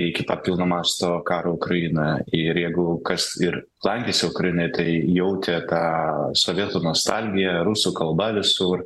į kitą pilno masto karo ukraina ir jeigu kas ir lankėsi ukrainoje tai jautė tą sovietų nostalgija rusų kalba visur